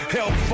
Help